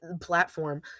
platform